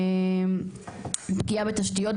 פגיעה בתשתיות,